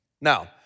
Now